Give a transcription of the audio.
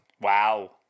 Wow